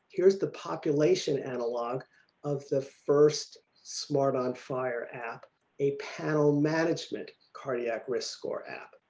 here's the population analog of the first smart on fire app a panel management cardiac risk score app.